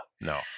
No